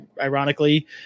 ironically